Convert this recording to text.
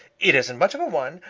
it isn't much of a one,